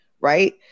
right